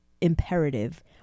imperative